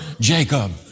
Jacob